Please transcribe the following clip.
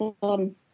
on